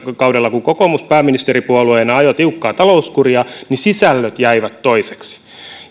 kun kokoomus pääministeripuolueena ajoi tiukkaa talouskuria niin sisällöt jäivät toiseksi